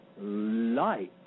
light